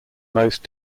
most